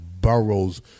boroughs